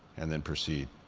and then proceed.